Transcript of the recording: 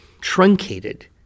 truncated